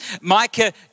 Micah